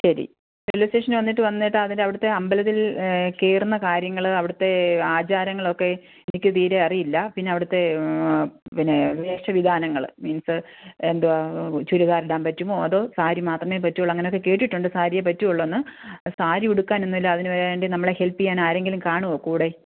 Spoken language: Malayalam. ശരി റെയില്വേ സ്റ്റേഷനിൽ വന്നിട്ട് വന്നിട്ട് അതിന്റെ അവിടുത്തെ അമ്പലത്തില് കയറുന്ന കാര്യങ്ങൾ അവിടുത്തെ ആചാരങ്ങളൊക്കെ എനിക്ക് തീരെ അറിയില്ല പിന്നെ അവിടുത്തെ പിന്നെ വേഷവിധാനങ്ങൾ മീന്സ്സ് എന്തുവാണ് ചുരിദാറിടാന് പറ്റുമോ അതോ സാരി മാത്രമേ പറ്റുള്ളൂ അങ്ങനെയൊക്കെ കേട്ടിട്ടുണ്ട് സാരിയെ പറ്റുകയുള്ളൂന്ന് സാരി ഉടുക്കാനൊന്നുമല്ല അതിനുവേണ്ടി നമ്മളെ ഹെല്പ്പ് ചെയ്യാൻ ആരെങ്കിലും കാണുമോ കൂടെ